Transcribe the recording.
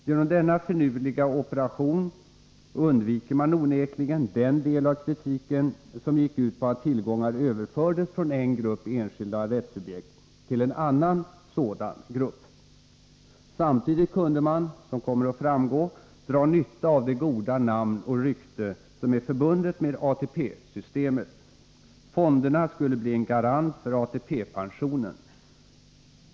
Genom denna finurliga operation undviker man onekligen den del av kritiken som gick ut på att tillgångar överfördes från en viss grupp enskilda rättssubjekt till en annan sådan grupp. Samtidigt kunde man — som kommer att framgå — dra nytta av det goda namn och rykte som är förbundet med ATP-systemet. Fonderna skulle bli en garant för ATP-pensionen.